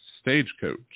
Stagecoach